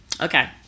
Okay